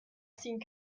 ziehen